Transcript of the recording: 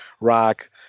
rock